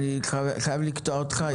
אני חייב לקטוע אותך.